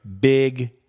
big